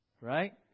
Right